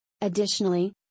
Additionally